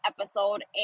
episode